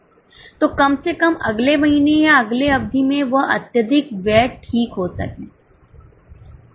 तो कम से कम अगले महीने या अगले अवधि में वह अत्यधिक व्यय ठीक हो सके